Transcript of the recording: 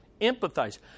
Empathize